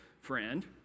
friend